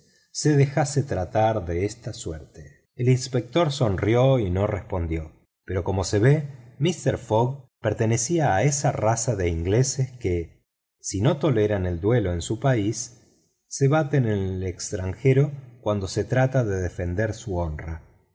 ciudadano inglés se dejase tratar de esta suerte el inspector sonrió y no respondió pero como se ve mister fogg pertenecía a esa raza de ingleses que si no toleran el duelo en su país se baten en el extranjero cuando se trata de defender su honra